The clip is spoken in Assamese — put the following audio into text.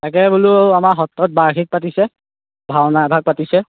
তাকে বোলো আমাৰ সত্ৰত বাৰ্ষিক পাতিছে ভাওনা এভাগ পাতিছে